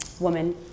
woman